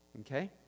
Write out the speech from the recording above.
Okay